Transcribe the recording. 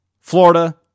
Florida